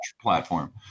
platform